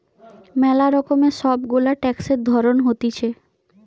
ম্যালা রকমের সব গুলা ট্যাক্সের ধরণ হতিছে